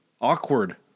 awkward